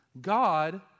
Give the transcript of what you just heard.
God